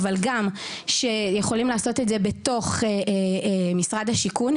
אבל גם שיכולים לעשות את זה בתוך משרד השיכון,